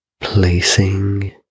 placing